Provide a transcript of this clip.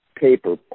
paper